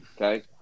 Okay